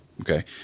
Okay